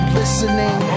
listening